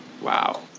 Wow